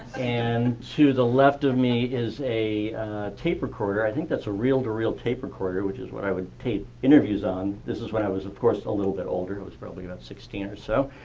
and to the left of me is a tape recorder. i think that's a reel-to-reel tape recorder, which is what i would tape interviews on. this is when i was of course a little bit older. i was probably about sixteen or so,